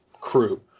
crew